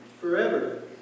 forever